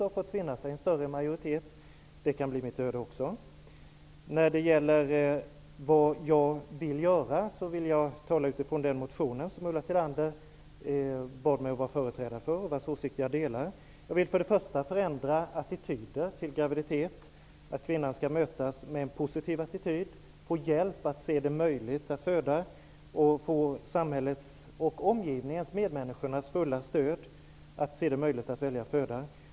Hon har fått finna sig i att det finns en större majoritet. Det kan också bli mitt öde. Jag vill tala utifrån den motion som Ulla Tillander bad mig vara företrädare för -- jag delar hennes åsikter. Jag vill först och främst förändra attityden till graviditet. Jag vill att kvinnan skall mötas med en positiv attityd, att hon skall få samhällets och omgivningens hjälp och stöd för att välja att föda.